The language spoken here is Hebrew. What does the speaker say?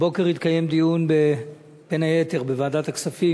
הבוקר התקיים בוועדת הכספים,